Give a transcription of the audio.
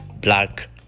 black